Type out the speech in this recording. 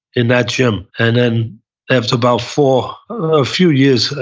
in that gym and then after about four, a few years,